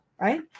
right